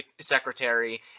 secretary